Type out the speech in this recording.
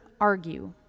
argue